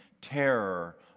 terror